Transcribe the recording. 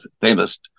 famous